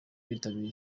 bitabiriye